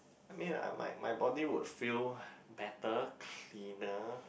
I mean like my my body would feel better thinner